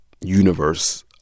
universe